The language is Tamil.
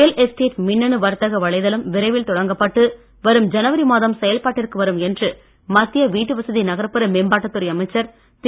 ரியல் எஸ்டேட் மின்னணு வர்த்தக வலைதளம் விரைவில் தொடங்கப்பட்டு வரும் ஜனவரி மாதம் செயல்பாட்டிற்கு வரும் என்று மத்திய வீட்டு வசதி நகர்ப்புற மேம்பாட்டுத் துறை அமைச்சர் திரு